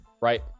right